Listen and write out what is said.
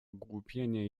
ogłupienie